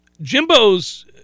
Jimbo's